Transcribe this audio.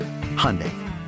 Hyundai